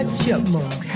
chipmunk